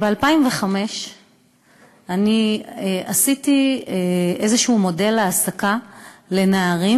ב-2005 עשיתי איזשהו מודל העסקה לנערים